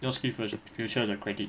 用 SkillsFut~ Future 的 credit